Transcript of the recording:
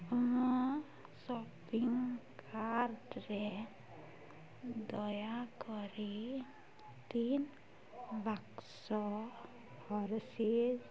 ମୋ ସପିଙ୍ଗ୍ କାର୍ଟ୍ରେ ଦୟାକରି ତିନି ବାକ୍ସ ହର୍ଷିଜ୍